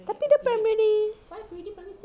tapi dia primary already